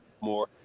more